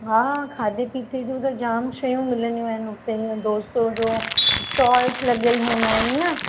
हा खाधे पीते जूं त जाम शयूं मिलंदियूं आइन हुते डोसो जो स्टॉल्स लॻियल हूंदा आहिनि न